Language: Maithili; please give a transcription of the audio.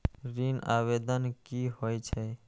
ऋण आवेदन की होय छै?